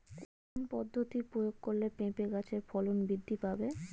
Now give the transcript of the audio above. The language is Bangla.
কোন পদ্ধতি প্রয়োগ করলে পেঁপে গাছের ফলন বৃদ্ধি পাবে?